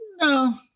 no